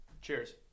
Cheers